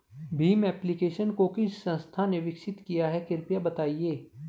Bhim application को किस संस्था ने विकसित किया है कृपया बताइए?